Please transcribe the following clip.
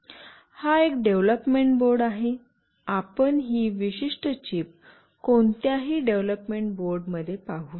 हा development board आहे आपण ही विशिष्ट चिप कोणत्याही डेव्हलपमेंट बोर्ड मध्ये पाहू शकता